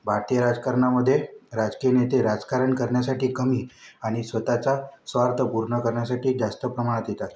भारतीय राजकारणामध्ये राजकीय नेते राजकारण करण्यासाठी कमी आणि स्वतःचा स्वार्थ पूर्ण करण्यासाठी जास्त प्रमाणात येतात